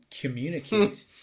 communicate